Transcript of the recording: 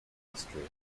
history